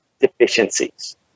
deficiencies